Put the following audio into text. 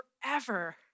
forever